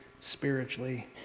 spiritually